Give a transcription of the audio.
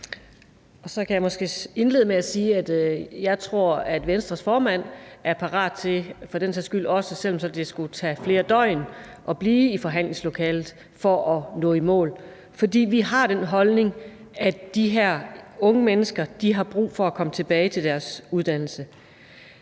jeg tror, at Venstres formand er parat til – også selv om det så for den sags skyld skulle tage flere døgn – at blive i forhandlingslokalet for at nå i mål, fordi vi har den holdning, at de her unge mennesker har brug for at komme tilbage til deres uddannelse.